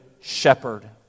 shepherd